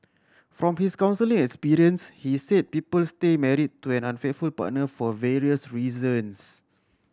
from his counselling experience he said people stay married to an unfaithful partner for various reasons